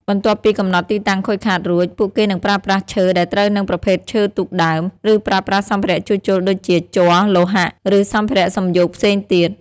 បន្ទាប់ពីកំណត់ទីតាំងខូចខាតរួច ពួកគេនឹងប្រើប្រាស់ឈើដែលត្រូវនឹងប្រភេទឈើទូកដើម ឬប្រើប្រាស់សម្ភារៈជួសជុលដូចជា ជ័រ លោហៈ ឬសម្ភារៈសំយោគផ្សេងទៀត។